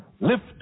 Lift